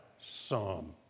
psalm